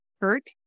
hurt